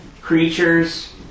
creatures